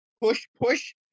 push-push